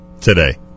today